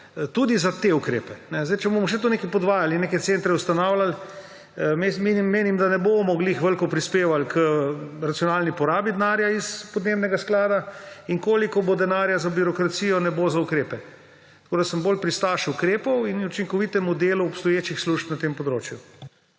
tudi za te ukrepe. Če bomo še tu podvajali in neke centre ustanavljali, menim, da ne bomo ravno veliko prispevali k racionalni porabi denarja iz podnebnega sklada, in kolikor bo denarja za birokracijo, ga ne bo za ukrepe. Tako da sem bolj pristaš ukrepov in učinkovitega dela obstoječih služb na tem področju.